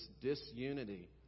disunity